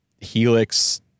Helix